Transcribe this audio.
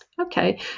Okay